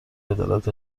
عدالت